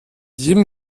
jedem